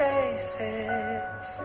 faces